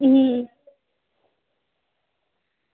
अं